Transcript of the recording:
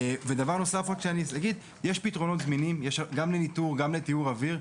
דבר נוסף הוא שיש פתרונות זמינים גם לניטור וגם לטיהור אוויר,